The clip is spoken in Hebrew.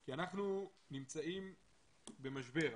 כי אנחנו נמצאים במשבר.